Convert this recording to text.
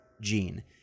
gene